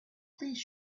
please